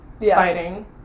fighting